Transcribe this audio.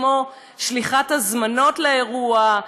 כמו שליחת הזמנות לאירוע,